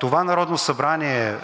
това Народно събрание